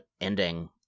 ending